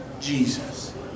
Jesus